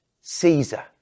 Caesar